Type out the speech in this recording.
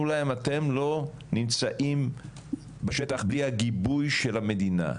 להם אתם לא נמצאים בשטח בלי הגיבוי של המדינה.